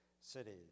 cities